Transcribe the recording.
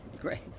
great